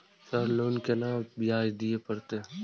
Sir loan के केना ब्याज दीये परतें?